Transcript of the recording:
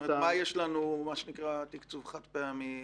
מה יש לנו, מה שנקרא, תקצוב חד פעמי?